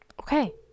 okay